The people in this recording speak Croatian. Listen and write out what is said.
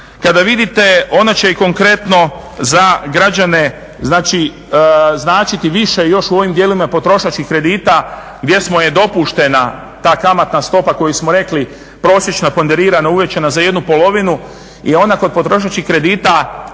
Kada vidite, ona će i konkretno za građane znači značiti više još u ovim dijelovima potrošačkih kredita, gdje je dopuštena ta kamatna stopa koju smo rekli prosječna ponderirana uvećana za jednu polovinu i ona kod potrošačkih kredita